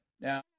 Now